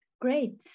Great